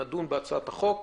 נדון בהצעת החוק.